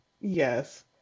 Yes